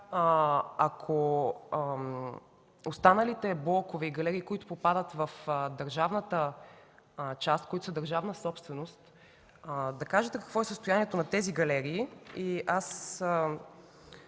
за останалите блокове и галерии, които попадат в държавната част, които са държавна собственост, да кажете какво е състоянието на тези галерии? Бих